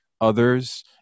others